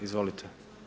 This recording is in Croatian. Izvolite.